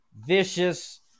Vicious